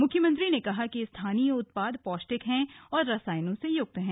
मुख्यमंत्री ने कहा कि स्थानीय उत्पाद पौष्टिक हैं और रसायनों से मुक्त हैं